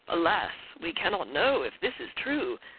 alas! we cannot know if this is true,